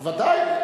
ודאי.